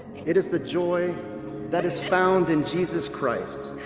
it is the joy that is found in jesus christ,